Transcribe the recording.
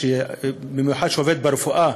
במיוחד מי שעובד ברפואה,